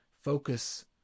focus